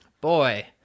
boy